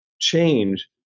change